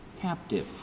captive